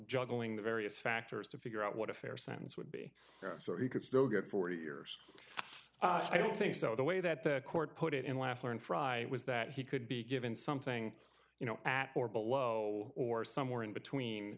juggling the various factors to figure out what a fair sentence would be so he could still get forty years i don't think so the way that the court put it in laughland fry was that he could be given something you know at or below or somewhere in between